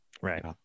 right